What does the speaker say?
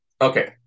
Okay